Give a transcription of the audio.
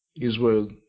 Israel